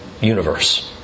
Universe